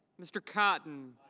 mr. cotton.